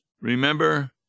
Remember